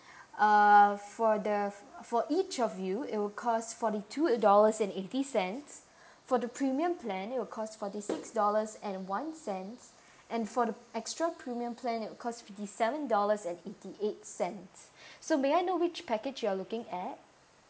uh for the for each of you it will cost forty two dollars and eighty cents for the premium plan it'll cost forty six dollars and one cent and for the extra premium plan it'll cost fifty seven dollars and eighty eight cents so may I know which package you're looking at